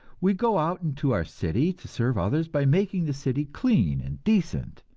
we go out into our city to serve others by making the city clean and decent,